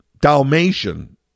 Dalmatian